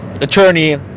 attorney